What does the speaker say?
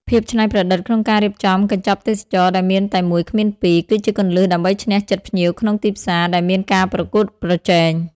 ភាពច្នៃប្រឌិតក្នុងការរៀបចំកញ្ចប់ទេសចរណ៍ដែលមានតែមួយគ្មានពីរ គឺជាគន្លឹះដើម្បីឈ្នះចិត្តភ្ញៀវក្នុងទីផ្សារដែលមានការប្រកួតប្រជែង។